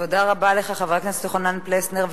תודה רבה לך, חבר הכנסת יוחנן פלסנר.